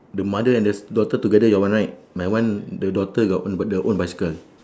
the mother and the s~ daughter together your one right my one the daughter got own got their own bicycle